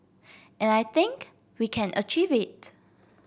and I think we can achieve it